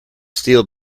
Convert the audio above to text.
still